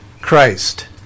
Christ